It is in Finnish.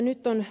nyt on